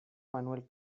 manuel